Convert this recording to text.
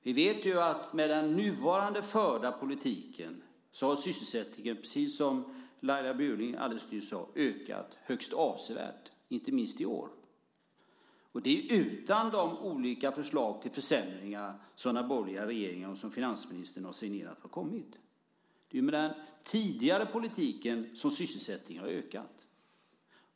Vi vet att med den förda politiken har sysselsättningen, precis som Laila Bjurling nyss sade, ökat högst avsevärt, inte minst i år. Det är utan att de förslag till försämringar som den borgerliga regeringen och finansministern har signerat har kommit. Det är med den tidigare politiken som sysselsättningen har ökat.